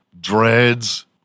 Dreads